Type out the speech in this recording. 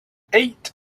eight